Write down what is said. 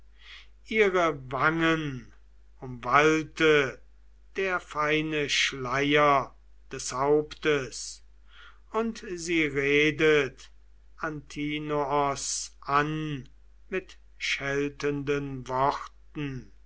ihre wangen umwallte der feine schleier des hauptes und sie redet antinoos an mit scheltenden worten